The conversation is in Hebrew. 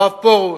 הרב פרוש,